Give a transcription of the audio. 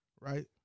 right